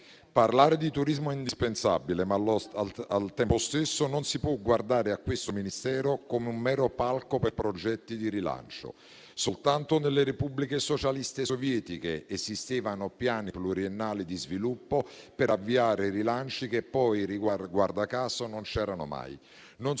Parlare di turismo è indispensabile, ma al tempo stesso non si può guardare a questo Ministero come un mero palco per progetti di rilancio. Soltanto nelle Repubbliche socialiste sovietiche esistevano piani pluriennali di sviluppo per avviare rilanci che poi, guarda caso, non c'erano mai.